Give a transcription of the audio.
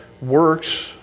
works